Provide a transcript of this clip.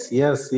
yes